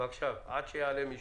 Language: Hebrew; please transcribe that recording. בבקשה, עד שיעלה מישהו.